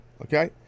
okay